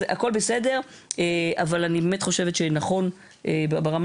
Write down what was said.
הכול בסדר אבל באמת חושבת שנכון ברמה